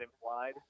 implied